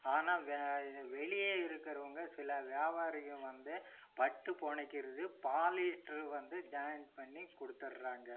ஆனால் வெ வெளியே இருக்கிறவுங்க சில வியாபாரிகள் வந்து பட்டு புனைக்கிறது பாலீஸ்டர் வந்து ஜாயின் பண்ணி கொடுத்தர்றாங்க